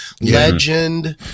legend